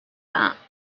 that